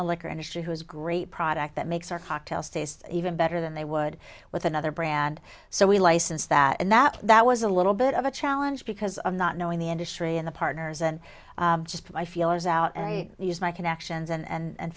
the liquor industry who has great product that makes our cocktails taste even better than they would with another brand so we licensed that and that that was a little bit of a challenge because of not knowing the industry and the partners and just buy feelers out and i used my connections and